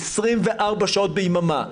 24 שעות ביממה.